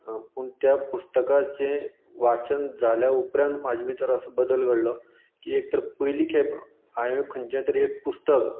पूण त्या पुस्तकाचें वाचन जाल्या उपरांत म्हाज्या भितर असो बदल घडलो की एक तर पयलीं खेप हांवेन खंयचें तरी एक पुस्तक